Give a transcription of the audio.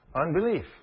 Unbelief